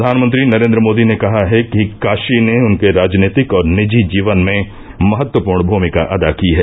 प्रधानमंत्री नरेन्द्र मोदी ने कहा है कि काशी ने उनके राजनीतिक और निजी जीवन में महत्वपूर्ण भूमिका अदा की है